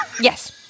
Yes